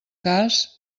cas